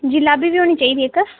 जी lobby बी होनी चाहिदी इक